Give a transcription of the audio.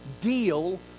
deal